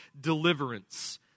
deliverance